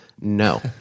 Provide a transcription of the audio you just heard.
No